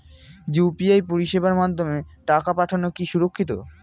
UPI পরিষেবার মাধ্যমে টাকা পাঠানো কি সুরক্ষিত?